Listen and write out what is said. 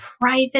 private